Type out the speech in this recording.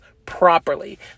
properly